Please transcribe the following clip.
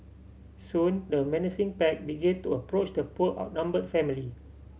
soon the menacing pack began to approach the poor outnumbered family